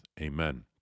Amen